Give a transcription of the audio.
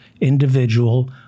individual